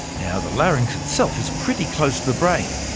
now the larynx itself is pretty close to the brain,